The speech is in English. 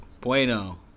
Bueno